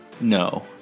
No